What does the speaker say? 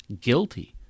guilty